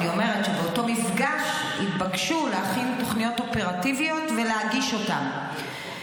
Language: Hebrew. אני אומרת שבאותו מפגש התבקשו להכין תוכניות אופרטיביות ולהגיש אותן.